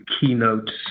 keynotes